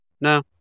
No